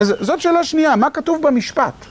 אז זאת שאלה שנייה, מה כתוב במשפט?